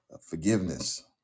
forgiveness